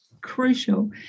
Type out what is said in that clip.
crucial